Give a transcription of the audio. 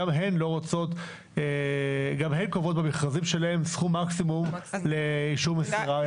גם הן קובעות במכרזים שלהן סכום מקסימום לאישור מסירה.